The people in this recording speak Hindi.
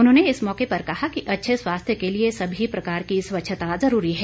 उन्होंने इस मौके पर कहा अच्छे स्वास्थ्य के लिए सभी प्रकार की स्वच्छता ज़रूरी है